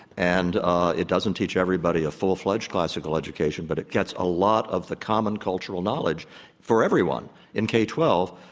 and ah it doesn't teach everybody a full-fledged classical education, but it it gets a lot of the common cultural knowledge for everyone in k twelve.